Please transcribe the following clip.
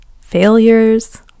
failures